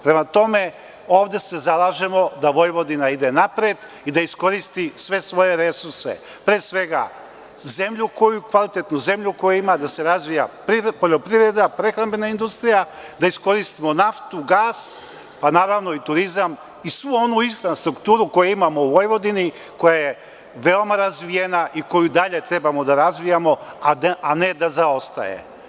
Prema tome, ovde se zalažemo da Vojvodina ide napred i da iskoristi sve svoje resurse, pre svega, kvalitetnu zemlju koju ima, da se razvija poljoprivreda, prehrambena industrija, da iskoristimo naftu, gas, naravno i turizam i svu onu infrastrukturu koju imamo u Vojvodini i koja je veoma razvijena i koju i dalje treba da razvijamo, a ne da zaostaje.